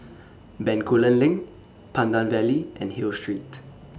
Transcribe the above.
Bencoolen LINK Pandan Valley and Hill Street